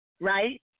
right